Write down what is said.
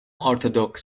orthodox